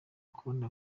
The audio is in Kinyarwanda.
kubona